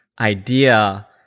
idea